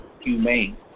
humane